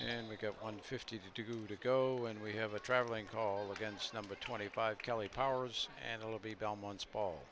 and we get one fifty to do to go and we have a traveling call against number twenty five kelly powers and it'll be belmont's ball